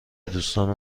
دوستان